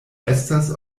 estas